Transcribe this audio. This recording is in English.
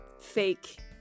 fake